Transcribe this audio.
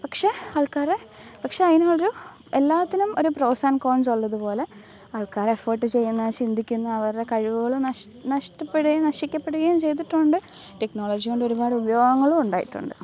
പക്ഷെ ആൾക്കാരെ പക്ഷെ അതിനുള്ളൊരു എല്ലാത്തിനും ഒരു പ്രോസ് ആൻ കോൺസ് ഉള്ളതുപോലെ ആൾക്കാരെ എഫേട്ട് ചെയ്യുന്ന ചിന്തിക്കുന്ന അവരുടെ കഴിവുകൾ നഷ്ടപ്പെടുകയും നശിക്കപ്പെടുകയും ചെയ്തിട്ടുണ്ട് ടെക്നൊളജികൊണ്ട് ഒരുപാട് ഉപയോഗങ്ങളും ഉണ്ടായിട്ടുണ്ട്